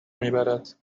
میبرد